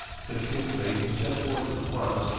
succinctly he set forth his wants,